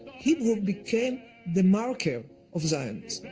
hebrew became the marker of zionism.